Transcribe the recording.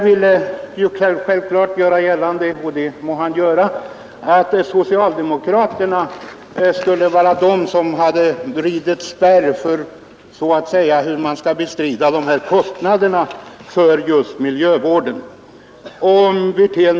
Herr Wirtén vill göra gällande — och det må vara hans sak — att socialdemokraterna skulle vara det parti som motsatt sig att kostnaderna för miljövården utreds.